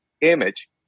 image